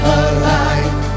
alive